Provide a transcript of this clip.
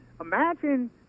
imagine